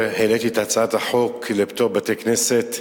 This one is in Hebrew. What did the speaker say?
העליתי את הצעת החוק למתן פטור לבתי-כנסת,